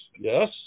Yes